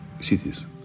cities